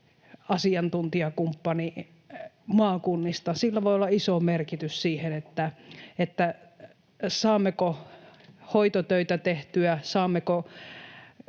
asiantuntijakumppani, maakunnista, sillä voi olla iso merkitys siihen, saammeko hoitotöitä tehtyä,